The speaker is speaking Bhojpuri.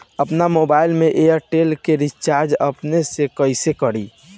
आपन मोबाइल में एयरटेल के रिचार्ज अपने से कइसे करि?